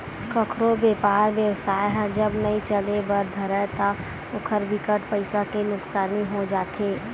कखरो बेपार बेवसाय ह जब नइ चले बर धरय ता ओखर बिकट पइसा के नुकसानी हो जाथे